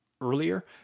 earlier